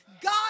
God